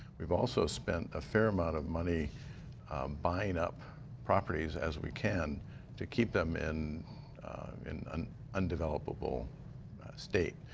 we've also spent a fair amount of money buying up properties as we can to keep them in in and undeveloppable state.